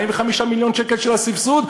45 מיליון שקל של הסבסוד,